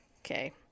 okay